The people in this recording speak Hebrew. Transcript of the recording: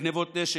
גנבות נשק,